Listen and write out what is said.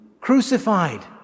crucified